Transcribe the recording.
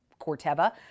Corteva